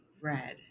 red